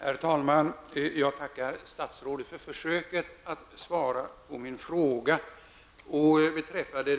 Herr talman! Jag tackar statsrådet för försöket att svara på min fråga. Beträffande